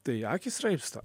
tai akys raibsta